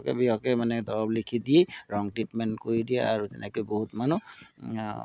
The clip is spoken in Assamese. হকে বিহকে মানে দৰৱ লিখি দি ৰং ট্ৰিটমেণ্ট কৰি দিয়ে আৰু তেনেকৈ বহুত মানুহ